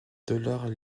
dollars